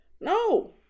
No